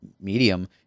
medium